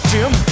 Jim